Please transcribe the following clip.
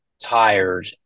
tired